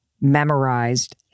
memorized